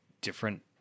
different